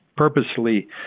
purposely